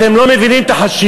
אתם לא מבינים את החשיבות,